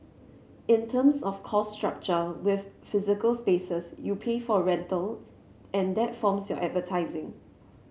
in terms of cost structure with physical spaces you pay for rental and that forms your advertising